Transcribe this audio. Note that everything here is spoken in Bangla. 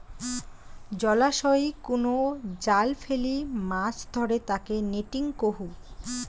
জলাশয়ই কুনো জাল ফেলি মাছ ধরে তাকে নেটিং কহু